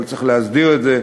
אבל צריך להסדיר את זה,